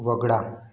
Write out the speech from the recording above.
वगळा